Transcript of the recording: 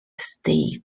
state